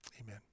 amen